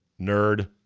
nerd